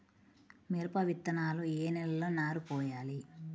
మిరప విత్తనాలు ఏ నెలలో నారు పోయాలి?